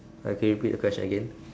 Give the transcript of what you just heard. okay can you repeat the question again